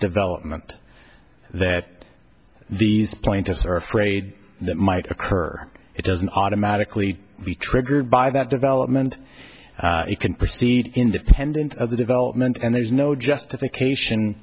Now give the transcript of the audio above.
development that the plaintiffs are afraid that might occur it doesn't automatically be triggered by that development it can proceed independent of the development and there's no justification